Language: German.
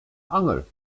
angel